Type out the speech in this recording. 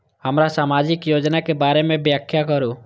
हमरा सामाजिक योजना के बारे में व्याख्या करु?